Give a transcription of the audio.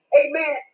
amen